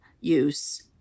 use